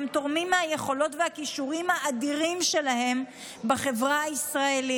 שתורמים מהיכולות והכישורים האדירים שלהם בחברה הישראלית,